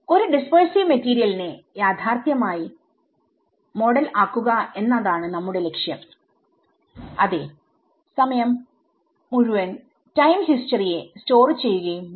ഒരു ഡിസ്പെഴ്സിവ് മെറ്റീരിയലിനെ യാഥാർഥ്യമായി മോഡൽ ആക്കുക എന്നതാണ് നമ്മുടെ ലക്ഷ്യം അതേ സമയം മുഴുവൻ ടൈം ഹിസ്റ്ററി യെ സ്റ്റോർ ചെയ്യുകയും വേണ്ട